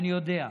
אני יודע.